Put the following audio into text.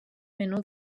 menú